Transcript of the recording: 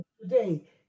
today